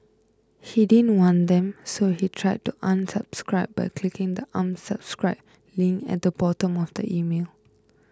he didn't want them so he tried to unsubscribe by clicking the Unsubscribe link at the bottom of the email